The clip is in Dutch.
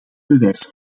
bewijs